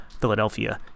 Philadelphia